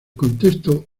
contexto